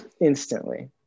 instantly